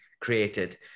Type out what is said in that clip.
created